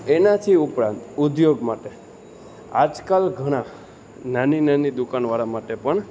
એનાથી ઉપરાંત ઉદ્યોગ માટે આજકાલ ઘણા નાની નાની દુકાનવાળા માટે પણ